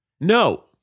No